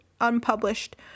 unpublished